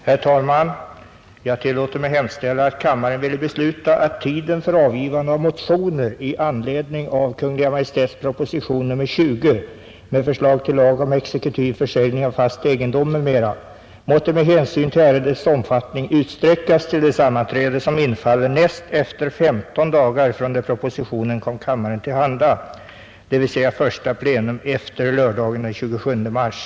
Herr talman! Jag tillåter mig hemställa, att kammaren ville besluta, att tiden för avgivande av motioner i anledning av Kungl. Maj:ts proposition nr 20 med förslag till lag om exekutiv försäljning av fast egendom, m. m måtte med hänsyn till ärendets omfattning utsträckas till det sammanträde som infaller näst efter femton dagar från det propositionen kom kammaren till handa, dvs. första plenum efter lördagen den 27 mars.